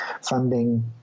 funding